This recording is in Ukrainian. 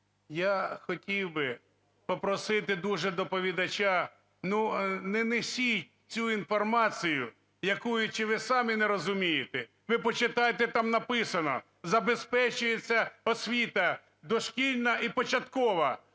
Я хотів би попросили дуже доповідача: ну, не несіть цю інформацію, якої чи ви самі не розумієте… Ви почитайте, там написано, забезпечується освіта дошкільна і початкова.